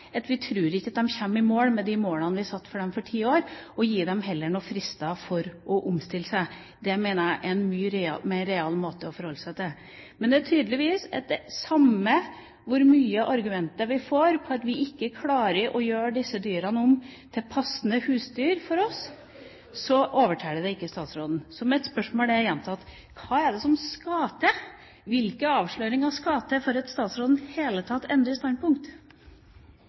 dem for ti år, og heller gi dem noen frister for å omstille seg? Det mener jeg er en mye mer real måte å forholde seg på. Men det er tydeligvis slik at samme hvor mange argumenter vi har om at vi ikke klarer å gjøre disse dyrene om til passende husdyr for oss, så overtaler det ikke statsråden. Så mitt spørsmål blir gjentatt: Hva er det som skal til, hvilke avsløringer skal til for at statsråden i det hele tatt endrer standpunkt?